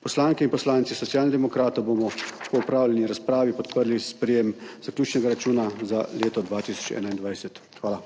Poslanke in poslanci Socialnih demokratov bomo po opravljeni razpravi podprli sprejetje zaključnega računa za leto 2021. Hvala.